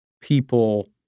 people